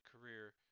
career